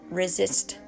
resist